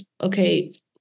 okay